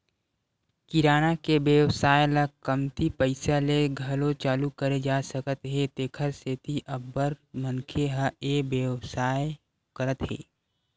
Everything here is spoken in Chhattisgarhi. किराना के बेवसाय ल कमती पइसा ले घलो चालू करे जा सकत हे तेखर सेती अब्बड़ मनखे ह ए बेवसाय करत हे